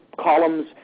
columns